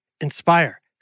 inspire